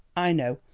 i know,